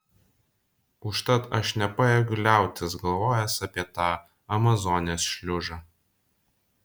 užtat aš nepajėgiu liautis galvojęs apie tą amazonės šliužą